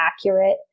accurate